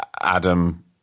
Adam